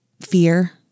fear